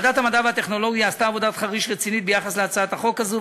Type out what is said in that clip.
ועדת המדע והטכנולוגיה עשתה עבודת חריש רצינית ביחס להצעת החוק הזאת,